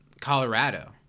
colorado